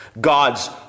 God's